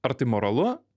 ar tai moralu